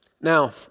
Now